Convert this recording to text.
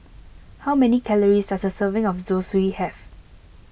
how many calories does a serving of Zosui have